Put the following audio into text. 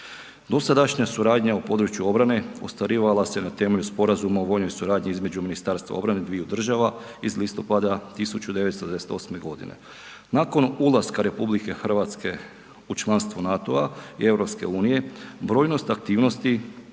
Dosadašnja suradnja u području obrane ostvarivala se na temelju Sporazuma o vojnoj suradnji između Ministarstva obrane dviju država iz listopada 1998. godine. Nakon ulaska RH u članstvo NATO-a i EU brojnost aktivnosti